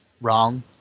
wrong